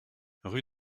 rue